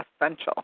essential